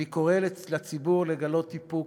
אני קורא לציבור לגלות איפוק,